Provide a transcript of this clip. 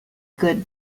good